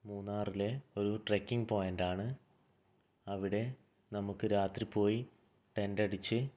മൂന്നാറിലെ ഒരു ട്രെക്കിംഗ് പോയിന്റാണ് അവിടെ നമുക്ക് രാത്രി പോയി ടെന്റടിച്ച്